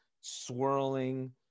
swirling